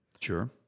Sure